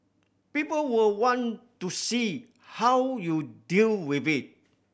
people will want to see how you deal with it